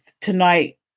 tonight